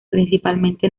principalmente